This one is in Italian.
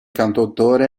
cantautore